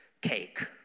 cake